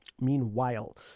Meanwhile